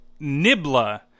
Nibla